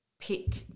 pick